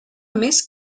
més